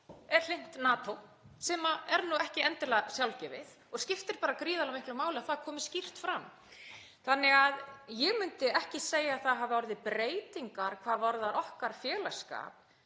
er hlynnt NATO, sem er ekki endilega sjálfgefið og skiptir gríðarlega miklu máli að það komi skýrt fram, þannig að ég myndi ekki segja að það hafi orðið breytingar hvað varðar okkar félagsskap.